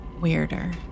weirder